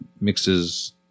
mixes